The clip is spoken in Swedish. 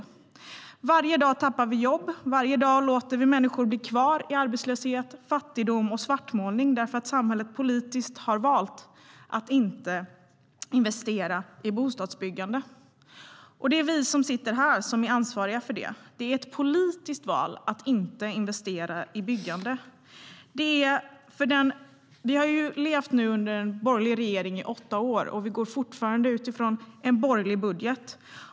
Varje dag tappar vi jobb, och varje dag låter vi människor bli kvar i arbetslöshet, fattigdom och svartmålning därför att samhället politiskt har valt att inte investera i bostadsbyggande. Det är vi som sitter här som är ansvariga för det. Det är ett politiskt val att inte investera i byggande. Vi har levt under en borgerlig regering under åtta år, och vi utgår fortfarande från en borgerlig budget.